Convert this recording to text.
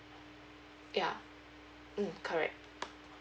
ya mm correct